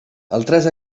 altres